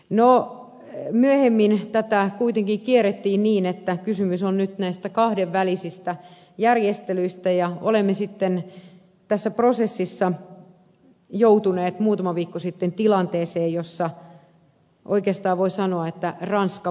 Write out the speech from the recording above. no myöhemmin tätä kuitenkin kierrettiin niin että kysymys on nyt näistä kahdenvälisistä järjestelyistä ja olemme sitten tässä prosessissa joutuneet muutama viikko sitten tilanteeseen jossa oikeastaan voi sanoa että ranska voitti